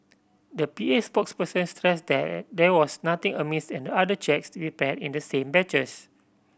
the P A spokesperson stressed that there was nothing amiss in the other cheques prepared in the same batches